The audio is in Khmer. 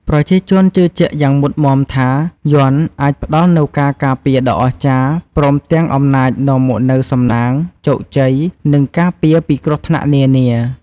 ប្រជាជនជឿជាក់យ៉ាងមុតមាំថា យ័ន្តអាចផ្ដល់នូវការការពារដ៏អស្ចារ្យ ព្រមទាំងអំណាចនាំមកនូវសំណាង ជោគជ័យ និងការពារពីគ្រោះថ្នាក់នានា។